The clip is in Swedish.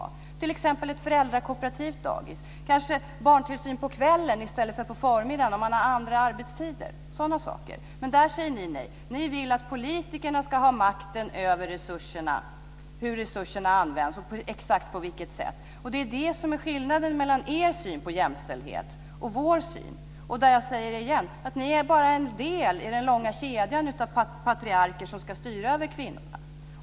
Det kan t.ex. vara ett föräldrakooperativt dagis. Det kan kanske vara barntillsyn på kvällen i stället för på förmiddagen, om man har andra arbetstider, och sådana saker. Där säger ni nej. Ni vill att politikerna ska ha makten över hur resurserna används och exakt på vilket sätt. Det är skillnaden mellan er syn på jämställdhet och vår syn. Ni är bara en del i den långa kedjan av patriarker som ska styra över kvinnorna.